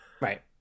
Right